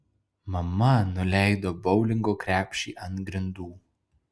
mama nuleido boulingo krepšį ant grindų